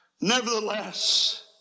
Nevertheless